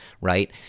right